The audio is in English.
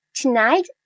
tonight